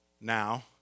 now